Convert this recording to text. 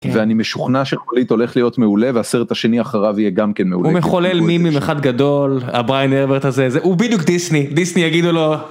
ואני משוכנע שהולית הולך להיות מעולה והסרט השני אחריו יהיה גם כן מעולה הוא מחולל מימים אחד גדול הבריאן הרווארד הזה זה הוא בדיוק דיסני דיסני יגידו לו.